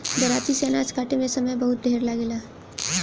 दराँती से अनाज काटे में समय बहुत ढेर लागेला